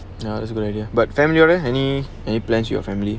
ya that's a good idea but family leh any any plans with your family